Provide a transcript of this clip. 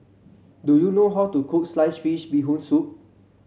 do you know how to cook Sliced Fish Bee Hoon Soup